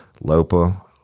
Lopa